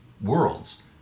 worlds